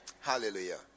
Hallelujah